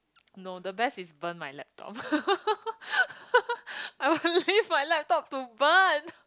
no the best is burn my laptop I would leave my laptop to burn